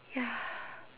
ya